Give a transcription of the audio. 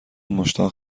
مشتاق